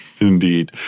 Indeed